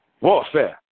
Warfare